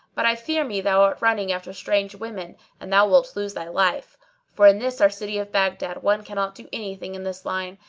but i fear me thou art running after strange women and thou wilt lose thy life for in this our city of baghdad one cannot do any thing in this line,